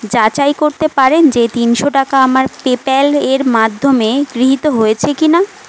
যাচাই করতে পারেন যে তিনশো টাকা আমার পেপ্যাল এর মাধ্যমে গৃহীত হয়েছে কি না